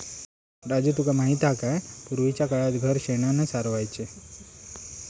राजू तुका माहित हा काय, पूर्वीच्या काळात घर शेणानं सारवायचे